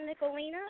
Nicolina